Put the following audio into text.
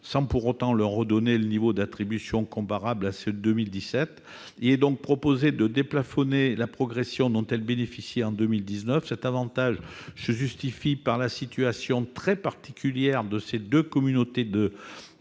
sans pour autant leur redonner un niveau d'attribution comparable à celui de 2017. Il est ainsi proposé de déplafonner la progression dont elles bénéficieront en 2019. Cet avantage se justifie par la situation très particulière de ces deux communautés de